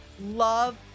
love